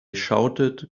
shouted